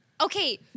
Okay